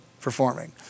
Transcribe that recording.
performing